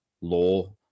Law